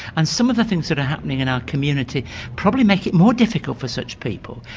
and some of the things that are happening in our community probably make it more difficult for such people.